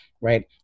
right